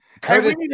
Curtis